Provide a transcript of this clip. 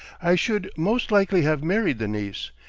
i should most likely have married the niece,